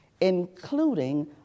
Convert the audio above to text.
including